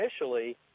initially